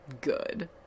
good